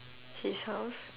his house